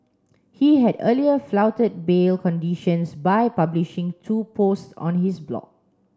he had earlier flouted bail conditions by publishing two posts on his blog